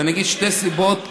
ואגיד שתי סיבות קצרות,